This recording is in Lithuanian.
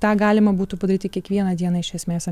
tą galima būtų padaryti kiekvieną dieną iš esmės